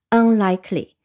unlikely